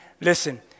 Listen